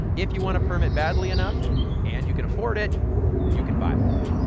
if you want a permit badly enough and you can afford it you can buy one.